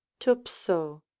tupso